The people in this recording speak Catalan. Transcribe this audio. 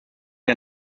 que